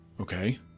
Okay